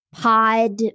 Pod